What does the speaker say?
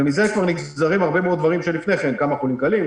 ומזה כבר נגזרים הרבה מאוד דברים שלפני כן כמו כמה חולים קלים,